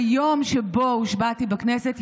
ביום שבו הושבעתי בכנסת,